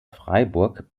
freiburg